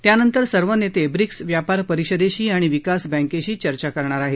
त्यानंतर सर्व नेते ब्रिक्स व्यापार परिषदेशी आणि विकास बँकेशी चर्चा करणार आहेत